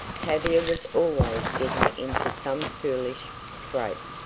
tavia was always getting into some foolish scrape,